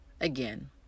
again